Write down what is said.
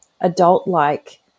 adult-like